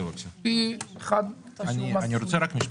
37.5 שקלים וכשכיר אני אשלם יותר.